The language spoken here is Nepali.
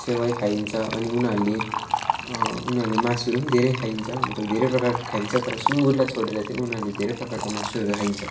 सेवाइ खाइन्छ अनि उनीहरूले उनीहरूले मासुहरू पनि धेरै खाइन्छ मतलब धेरै प्रकारको खाइन्छ तर सुँगुरलाई छोडेर चाहिँ उनीहरूले धेरै प्रकारको मासुहरू खाइन्छ